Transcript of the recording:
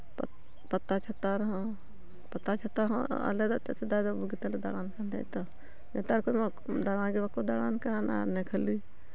ᱯᱟᱛ ᱯᱟᱛᱟᱼᱪᱷᱟᱛᱟ ᱨᱮᱦᱚᱸ ᱯᱟᱛᱟᱼᱪᱷᱟᱛᱟ ᱦᱚᱸ ᱟᱞᱮ ᱫᱚ ᱮᱱᱛᱮᱫ ᱥᱮᱫᱟᱭ ᱫᱚ ᱵᱩᱜᱤ ᱛᱮᱞᱮ ᱫᱟᱬᱟᱱ ᱠᱟᱱ ᱛᱟᱦᱮᱱ ᱛᱚ ᱱᱮᱛᱟᱨ ᱠᱚ ᱢᱟ ᱫᱟᱬᱟ ᱜᱮ ᱵᱟᱝᱠᱚ ᱫᱟᱬᱟᱱ ᱠᱟᱱ ᱦᱟᱱᱮ ᱦᱟᱱᱟ ᱠᱷᱟᱹᱞᱤ